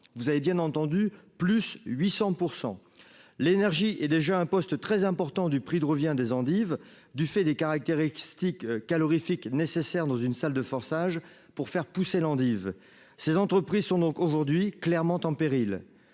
vous avez bien entendu plus 800 % l'énergie est déjà un poste très important du prix de revient des endives du fait des caractéristiques calorifique nécessaire dans une salle de forçage pour faire pousser l'endive, ces entreprises sont donc aujourd'hui clairement en péril,